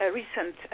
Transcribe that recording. recent